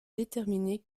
déterminer